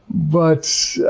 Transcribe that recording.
but,